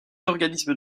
organismes